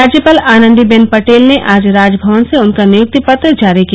राज्यपाल आनंदी बेन पटेल ने आज राजभवन से उनका नियुक्ति पत्र जारी किया